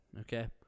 Okay